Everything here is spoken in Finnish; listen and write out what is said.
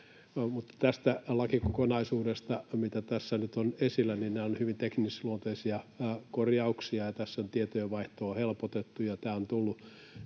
tästä lakikokonaisuudesta, mitä tässä nyt on esillä: Nämä ovat hyvin teknisluonteisia korjauksia. Tässä on tietojen vaihtoa helpotettu, ja tämä on tullut